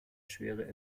schwere